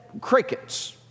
crickets